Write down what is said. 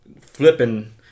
flipping